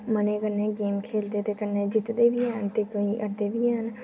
मनै कन्नै गेम खेढदे ते कन्नै जित्तदे बी हैन ते हरदे बी हैन